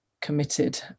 committed